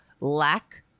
lack